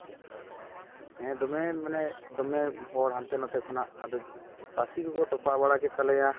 ᱦᱮᱸ ᱫᱚᱢᱮ ᱢᱟᱱᱮ ᱫᱚᱢᱮ ᱦᱚᱲ ᱦᱟᱱᱛᱮ ᱱᱟᱛᱮ ᱠᱷᱚᱱᱟᱜ ᱟᱫᱚ ᱯᱟᱹᱥᱤ ᱠᱚᱠᱚ ᱛᱚᱯᱟᱜ ᱵᱟᱲᱟ ᱠᱮᱫ ᱛᱟᱞᱮᱭᱟ